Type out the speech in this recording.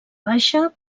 baixa